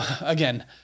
again